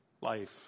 life